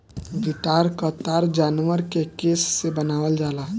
guitar क तार जानवर के केस से बनावल जाला